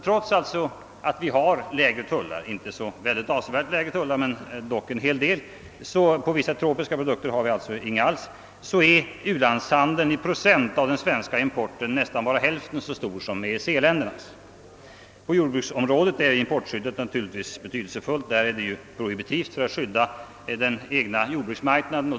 Trots att vi har lägre tullar, även om de inte är avsevärt lägre — på vissa tropiska produkter har vi dock inga tullar alls — är vår u-landsandel i procent av importen nästan bara hälften så stor som EEC-ländernas. På jordbruksområdet är importskyddet naturligtvis betydelsefullt. Där är det ju prohibitivt för att skydda vår egen jordbruksnäring.